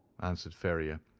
answered ferrier.